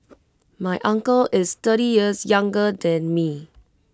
my uncle is thirty years younger than me